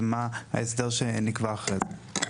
ומה ההסדר שנקבע אחרי זה.